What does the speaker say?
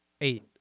Eight